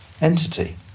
entity